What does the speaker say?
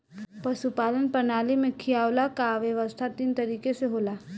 पशुपालन प्रणाली में खियवला कअ व्यवस्था तीन तरीके से होला